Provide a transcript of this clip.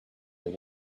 they